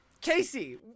Casey